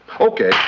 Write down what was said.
Okay